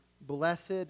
blessed